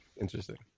interesting